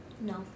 No